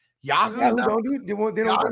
Yahoo